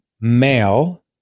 male